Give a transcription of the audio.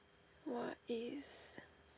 what is